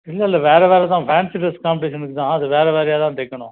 இல்லை இல்லை வேறு வேறுதான் ஃபேன்ஸி ட்ரெஸ் காம்படிஷன்தான் அது வேறு வேறுயாதான் தைக்கணும்